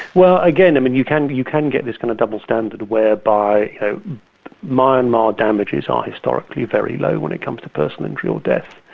again, and and you can you can get this kind of double standard whereby myanmar damages are historically very low when it comes to personal injury or death